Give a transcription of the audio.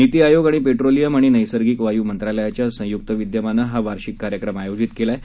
नीती आयोग आणि पेट्रोलियम आणि नैसर्गिक वायू मंत्रालयाच्या संयुक्त विद्यमाने हा वार्षिक कार्यक्रम आयोजित केला आहे